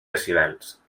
decibels